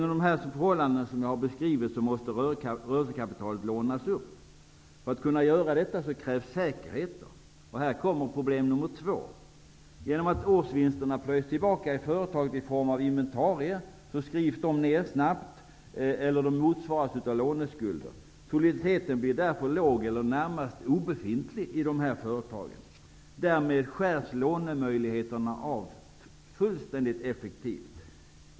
Genom de förhållanden som jag beskrivit måste rörelsekapitalet lånas upp. För att kunna göra detta krävs säkerheter. Här kommer vi till problem nummer två. Genom att årsvinsterna plöjs tillbaka i företaget i form av inventarier skrivs dessa ner snabbt eller motsvaras av låneskulder. Soliditeten blir därför mycket låg eller närmast obefintlig. Därmed skärs lånemöjligheterna av mycket effektivt.